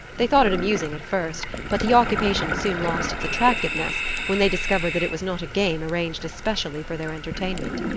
they thought it amusing at first, but the occupation soon lost its attractiveness when they discovered that it was not a game arranged especially for their entertainment.